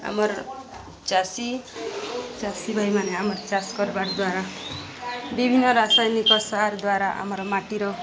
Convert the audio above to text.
ଆମର ଚାଷୀ ଚାଷୀ ଭାଇମାନେ ଆମର ଚାଷ କରବାର ଦ୍ୱାରା ବିଭିନ୍ନ ରାସାୟନିକ ସାର୍ ଦ୍ୱାରା ଆମର ମାଟିର